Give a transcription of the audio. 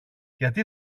γιατί